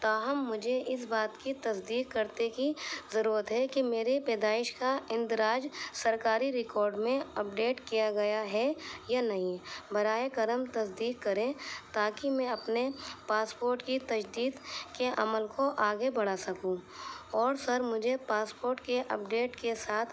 تاہم مجھے اس بات کی تصدیق کرنے کی ضرورت ہے کہ میری پیدائش کا اندراج سرکاری ریکارڈ میں اپڈیٹ کیا گیا ہے یا نہیں براہ کرم تصدیق کریں تاکہ میں اپنے پاسپورٹ کی تجدید کے عمل کو آگے بڑھا سکوں اور سر مجھے پاسپورٹ کے اپڈیٹ کے ساتھ